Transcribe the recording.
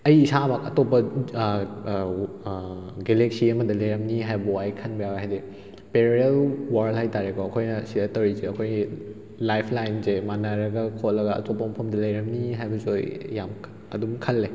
ꯑꯩ ꯏꯁꯥꯃꯛ ꯑꯇꯣꯞꯄ ꯒꯦꯂꯦꯛꯁꯤ ꯑꯃꯗ ꯂꯩꯔꯝꯅꯤ ꯍꯥꯏꯕ ꯐꯥꯎ ꯑꯩ ꯈꯟꯕ ꯌꯥꯎꯋꯦ ꯍꯥꯏꯗꯤ ꯄꯦꯔꯦꯂꯦꯜ ꯋꯥꯔꯜ ꯍꯥꯏꯇꯥꯔꯦꯀꯣ ꯑꯩꯈꯣꯏꯅ ꯁꯤꯗ ꯇꯧꯔꯤꯁꯦ ꯑꯩꯈꯣꯏꯒꯤ ꯂꯥꯏꯐ ꯂꯥꯏꯟꯁꯦ ꯃꯥꯟꯅꯔꯒ ꯈꯣꯠꯂꯒ ꯑꯇꯣꯞꯄ ꯃꯐꯝꯗ ꯂꯩꯔꯝꯅꯤ ꯍꯥꯏꯕꯁꯨ ꯑꯩ ꯌꯥꯝ ꯑꯗꯨꯝ ꯈꯜꯂꯦ